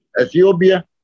Ethiopia